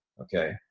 okay